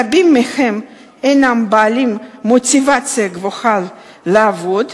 רבים מהם בעלי מוטיבציה גבוהה לעבוד,